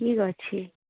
ଠିକ୍ ଅଛି